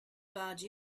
barge